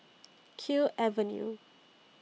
Kew Avenue